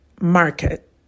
market